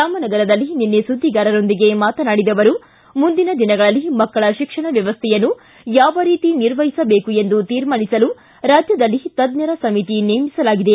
ರಾಮನಗರದಲ್ಲಿ ನಿನ್ನೆ ಸುದ್ದಿಗಾರರೊಂದಿಗೆ ಮಾತನಾಡಿದ ಅವರು ಮುಂದಿನ ದಿನಗಳಲ್ಲಿ ಮಕ್ಕಳ ಶಿಕ್ಷಣ ವ್ಯವಸ್ಥೆಯನ್ನು ಯಾವ ರೀತಿ ನಿರ್ವಹಿಸಬೇಕು ಎಂದು ತೀರ್ಮಾನಿಸಲು ರಾಜ್ಯದಲ್ಲಿ ತಜ್ಜರ ಸಮಿತಿ ನೇಮಿಸಲಾಗಿದೆ